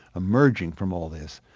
emerging from all this.